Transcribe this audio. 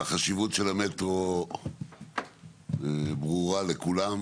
החשיבות של המטרו ברורה לכולם,